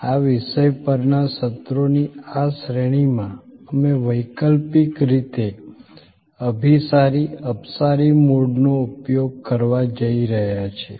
આ વિષય પરના સત્રોની આ શ્રેણીમાં અમે વૈકલ્પિક રીતે અભિસારી અપસારી મોડનો ઉપયોગ કરવા જઈ રહ્યા છીએ